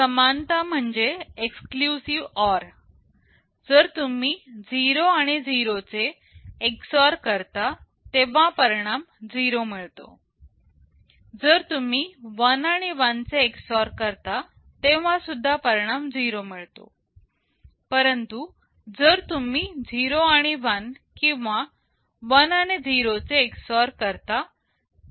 समानता म्हणजे exclusive OR जर तुम्ही 0 आणि 0 चे एक्सक्लूसिव OR करता तेव्हा परिणाम 0 मिळतो जर तुम्ही 1 आणि 1 चे एक्सक्लूसिव OR करता तेव्हा सुद्धा परिणाम 0 मिळतो परंतु जर तुम्ही 0 आणि 1 किंवा 1 आणि 0 चे एक्सक्लूसिव OR करता परिणाम 1 मिळतो